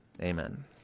Amen